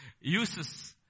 uses